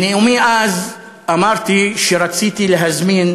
בנאומי אז אמרתי שרציתי להזמין